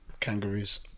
Kangaroos